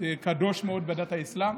הוא קדוש מאוד בדת האסלאם.